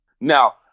now